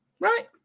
right